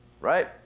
Right